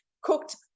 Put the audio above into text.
cooked